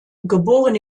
geboren